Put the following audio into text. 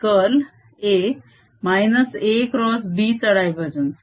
curl A AxB चा divergence